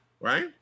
right